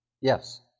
Yes